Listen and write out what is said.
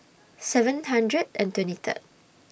seven hundred and twenty Third